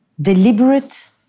deliberate